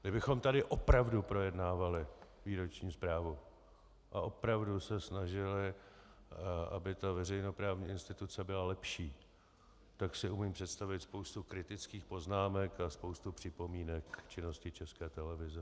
Kdybychom tady opravdu projednávali výroční zprávu a opravdu se snažili, aby ta veřejnoprávní instituce byla lepší, tak si umím představit spoustu kritických poznámek a spoustu připomínek k činnosti České televize.